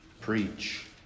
preach